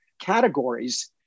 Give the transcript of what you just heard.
categories